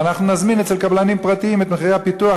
ואנחנו נזמין אצל קבלנים פרטיים את מחירי הפיתוח.